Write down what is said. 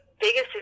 biggest